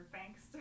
Thanks